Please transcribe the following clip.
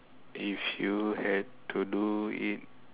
if you had to do it